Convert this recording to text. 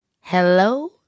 Hello